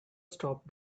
stop